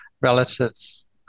relatives